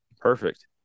Perfect